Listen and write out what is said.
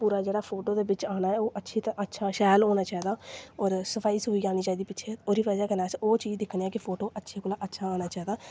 पूरा जेह्ड़ा फोटो दे बिच्च आना ऐ ओह अच्छा अच्छी शैल होना चाहिदा होर सफाई सफुई आनी चाहिदी पिच्छें ओह्दी बज़ह् कन्नै अस ओह् दिक्खने आं कि फोटो अच्छे कोला अच्छा आना चाहिदा